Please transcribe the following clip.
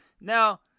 Now